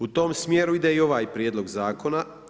U tom smjeru ide i ovaj prijedlog zakona.